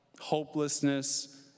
hopelessness